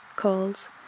Calls